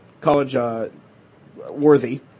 college-worthy